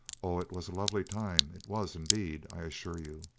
oh! it was a lovely time, it was indeed, i assure you.